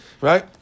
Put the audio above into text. Right